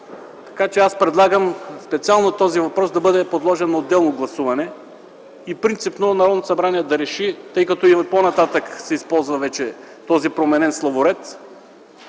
Така че аз предлагам специално този въпрос да бъде подложен на отделно гласуване и принципно ние да решим, тъй като и по-нататък се използва този променен словоред,